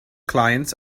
clients